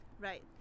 Right